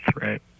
right